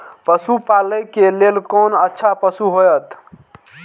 पशु पालै के लेल कोन अच्छा पशु होयत?